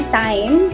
time